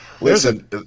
Listen